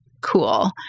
cool